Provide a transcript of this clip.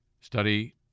Study